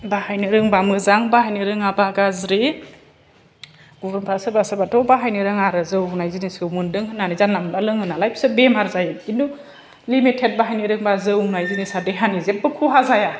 बाहायनो रोंबा मोजां बाहायनो रोङाबा गाज्रि गुबुनफ्रा सोरबा सोरबाथ' बाहायनो रोङा आरो जौ होननाय जिनिसखौ मोन्दों होननानै जानला मोनला लोङो नालाय बेसोर बेमार जायो खिन्थु लिमिथेद बाहायनो रोंबा जौ होननाय जिन्सा देहानि जेबो खहा जाया